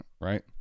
right